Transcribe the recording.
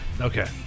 Okay